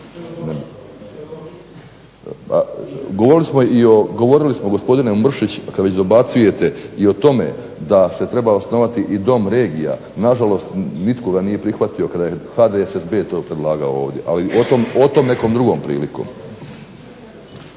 govorili smo gospodine Mršić kad već dobacujete i o tome da se treba osnovati i dom regija, nažalost nitko ga nije prihvatio kada ga je HDSSB to predlagao ovdje. Ali o tome nekom drugom prilikom.